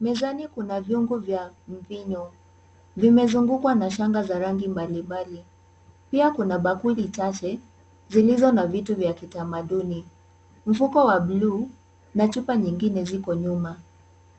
Mezani kuna viungo vya mvinyo. Vimezungukwa na shanga za rangi mbalimbali. Pia kuna bakuli chache zilizo na vitu vya kitamaduni. Mfuko wa bluu na chupa nyingine ziko nyuma.